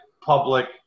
public